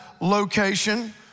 location